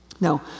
Now